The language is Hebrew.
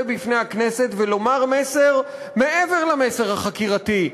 בפני הכנסת ולומר מסר מעבר למסר החקירתי,